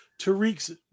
Tariq's